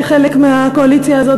כחלק מהקואליציה הזאת,